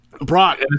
Brock